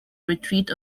retreat